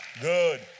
Good